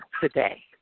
today